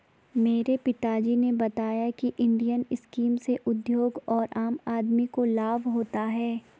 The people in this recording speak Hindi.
मेरे पिता जी ने बताया की इंडियन स्कीम से उद्योग और आम आदमी को लाभ होता है